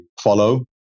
follow